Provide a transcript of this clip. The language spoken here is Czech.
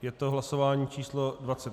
Je to hlasování číslo 23.